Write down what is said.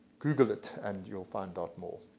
google that, and you'll find out more.